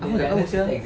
aku pun tak tahu sia